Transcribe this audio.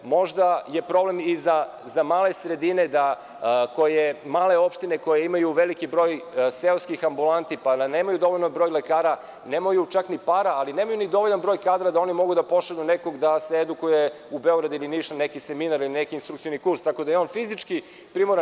Možda je problem i za male sredine, male opštine koje imaju veliki broj seoskih ambulanti pa nemaju dovoljan broj lekara, nemaju čak ni para, ali nemaju dovoljan broj kadra da oni mogu da pošalju nekog da se edukuje u Beograd ili Niš na neki seminar ili kurs, tako da je on fizički primoran.